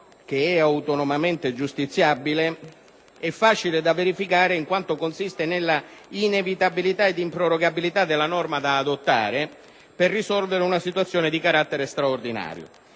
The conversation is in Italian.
che è autonomamente giustiziabile, è facile da verificare in quanto consiste nella inevitabilità ed improrogabilità della norma da adottare per risolvere una situazione di carattere straordinario.